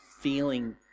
feeling